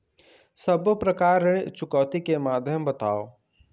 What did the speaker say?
सब्बो प्रकार ऋण चुकौती के माध्यम बताव?